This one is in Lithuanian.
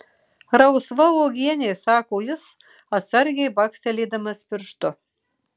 rausva uogienė sako jis atsargiai bakstelėdamas pirštu